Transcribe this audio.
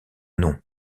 nom